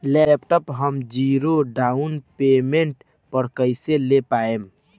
Laptop हम zero down payment पर कैसे ले पाएम?